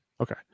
Okay